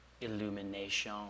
Illumination